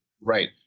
Right